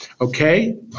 Okay